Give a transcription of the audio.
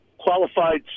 qualified